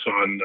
on